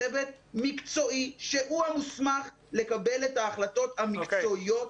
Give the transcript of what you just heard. צוות מקצועי שהוא המוסמך לקבל את ההחלטות המקצועיות,